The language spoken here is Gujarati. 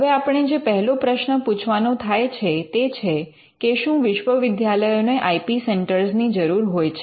હવે આપણે જે પહેલો પ્રશ્ન પૂછવાનો થાય છે તે છે કે શું વિશ્વવિદ્યાલયો ને આઇ પી સેન્ટર ની જરૂર હોય છે